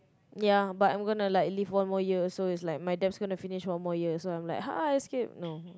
ya but I'm gonna like live one more year so is like my debts gonna finish one more year so like escape no